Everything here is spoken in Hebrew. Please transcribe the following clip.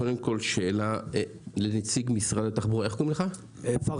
קודם כל, שאלה לנציג משרד התחבורה, פרג':